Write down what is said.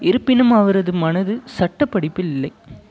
இருப்பினும் அவரது மனது சட்டப் படிப்பில் இல்லை